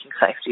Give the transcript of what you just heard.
safety